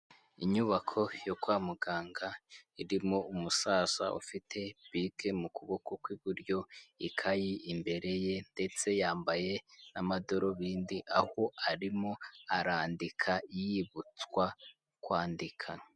Inyubako yo kwa muganga, irimo umusaza ufite bike mu kuboko kw'iburyo, ikayi imbere ye ndetse yambaye n'amadarubindi, aho arimo arandika, yibutswa kwandika.